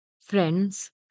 Friends